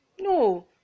no